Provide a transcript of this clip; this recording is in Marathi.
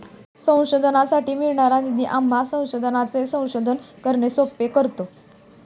संशोधनासाठी मिळणारा निधी आम्हा संशोधकांचे संशोधन करणे सोपे करतो